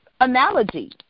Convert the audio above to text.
analogy